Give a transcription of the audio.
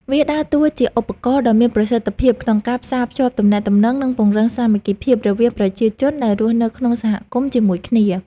វាដើរតួជាឧបករណ៍ដ៏មានប្រសិទ្ធភាពក្នុងការផ្សារភ្ជាប់ទំនាក់ទំនង និងពង្រឹងសាមគ្គីភាពរវាងប្រជាជនដែលរស់នៅក្នុងសហគមន៍ជាមួយគ្នា។